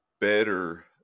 better